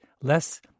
less